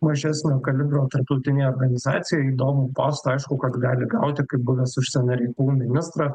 mažesnio kalibro tarptautinėje organizacijoje įdomų postą aišku kad gali gauti kaip buvęs užsienio reikalų ministras